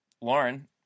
Lauren